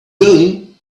going